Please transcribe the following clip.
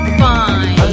fine